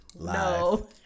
No